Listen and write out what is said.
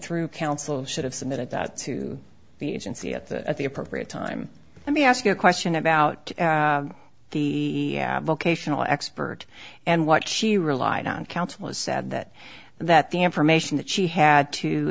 through counsel should have submitted that to the agency at the at the appropriate time let me ask you a question about the vocational expert and what she relied on counsel has said that that the information that she had to